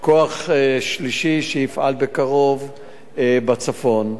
כוח שלישי שיפעל בקרוב בצפון.